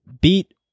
beat